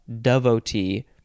devotee